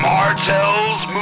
Martell's